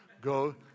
Go